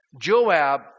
Joab